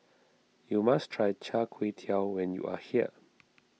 you must try Char Kway Teow when you are here